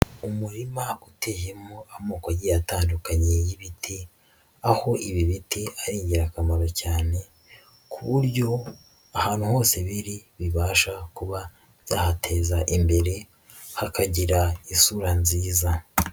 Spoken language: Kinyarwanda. Umurima uteye mu amokogi atandukanye y'ibiti, aho ibi biti ari ingirakamaro cyane ku buryo ahantu hose biri bibasha kuba byahateza imbere, hakagira isura nziza.